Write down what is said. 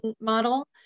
model